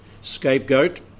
scapegoat